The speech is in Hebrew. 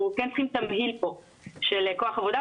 אנחנו כן צריכים תמהיל פה של כוח עבודה.